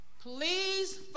Please